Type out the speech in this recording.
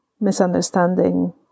misunderstanding